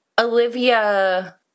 Olivia